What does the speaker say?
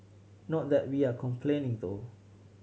not that we are complaining though